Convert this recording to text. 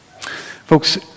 Folks